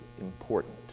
important